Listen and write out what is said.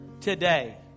today